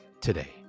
today